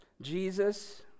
Jesus